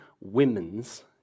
women's